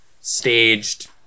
staged